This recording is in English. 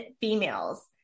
females